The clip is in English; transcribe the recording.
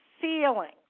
feeling